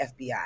FBI